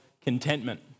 contentment